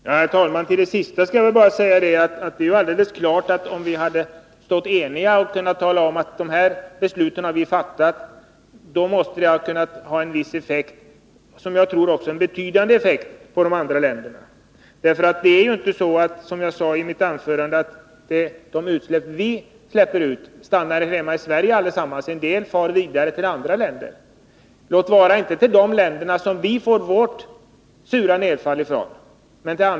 Herr talman! Det är alldeles klart att om vi hade stått eniga bakom besluten så hade det kunnat få en viss effekt — en betydande effekt, tror jag — på de andra länderna. Det är ju inte så — det sade jag i mitt anförande — att de utsläpp vi gör allesammans stannar här hemma i Sverige. En del far vidare till andra länder, låt vara att det inte är till de länder som vi får vårt sura nedfall ifrån.